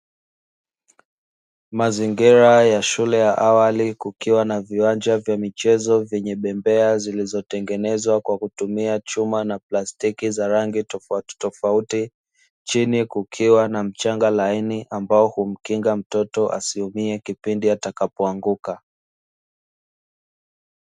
Mazingira ya shule ya awali kukiwa na viwanja vya michezo vyenye bembea zilizotengenezwa kwa kutumia chuma na plastiki za rangi tofauti tofauti, chini kukiwa na mchanga laini ambao humkinga mtoto asiumie kipindi atakapoanguka.